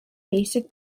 basic